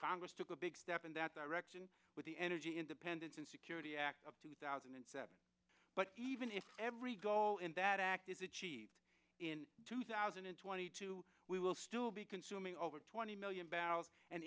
congress took a big step in that direction with the energy independence and security act of two thousand and seven but even if every goal in that act is achieved in two thousand and twenty two we will still be consuming over twenty million barrels and